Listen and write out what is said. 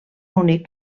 únic